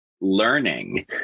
learning